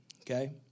okay